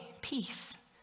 peace